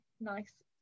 nice